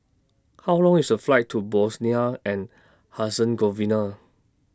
How Long IS The Flight to Bosnia and Herzegovina